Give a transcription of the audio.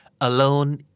alone